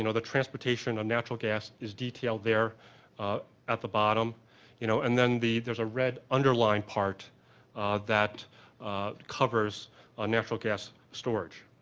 you know the transportation of natural gas is detailed there at the bottom you know and then there is a red underlined part that covers ah natural gas storage.